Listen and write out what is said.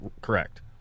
Correct